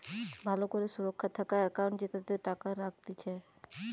ভালো করে সুরক্ষা থাকা একাউন্ট জেতাতে টাকা রাখতিছে